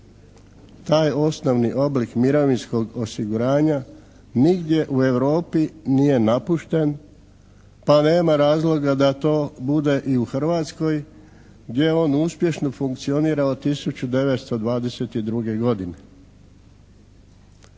Taj osnovni oblik mirovinskog osiguranja nigdje u Europi nije napušten pa nema razloga da to bude i u Hrvatskoj gdje on uspješno funkcionira od 1922. godine.